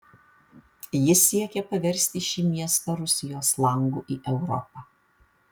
jis siekė paversti šį miestą rusijos langu į europą